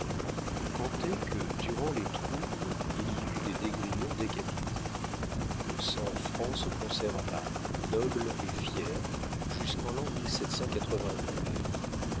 comptez que durant les troubles il y eut des d'esgrignon décapités le sang franc se conserva noble et fier jusqu'en